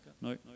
No